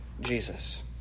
Jesus